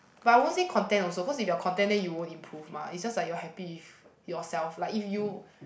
but I won't think content also if you are content then you won't improve mah is just like you happy if yourself like if you